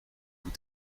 vous